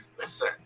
Listen